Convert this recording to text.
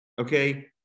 okay